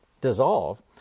dissolve